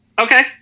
Okay